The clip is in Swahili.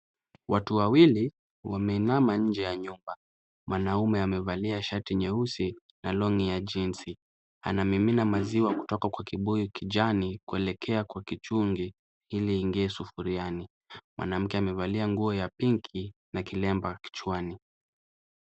Watu wawili wameinama nje ya nyumba, mwanamume amevalia shati nyeusi na long'i ya jinzi, anamimina maziwa kutoka kwa kibuyu kijani kuelekea kwa kichungi ili iingie sufuriani, mwanamke amevalia nguo ya pinki na kilemba kichwani.